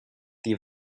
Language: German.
die